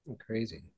crazy